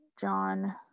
John